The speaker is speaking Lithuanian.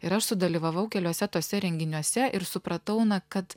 ir aš sudalyvavau keliuose tuose renginiuose ir supratau na kad